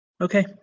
okay